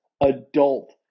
adult